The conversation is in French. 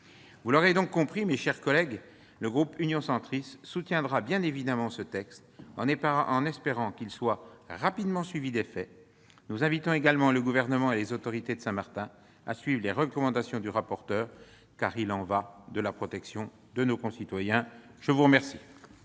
Vous l'aurez compris, mes chers collègues, le groupe Union Centriste soutiendra bien évidemment ce texte, en espérant que ses dispositions soient rapidement effectives. Nous invitons également le Gouvernement et les autorités de Saint-Martin à suivre les recommandations du rapporteur. Il y va de la protection de nos concitoyens. La parole